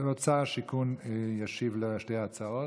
כבוד שר השיכון ישיב על שתי ההצעות.